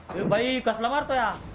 anybody but